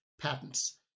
patents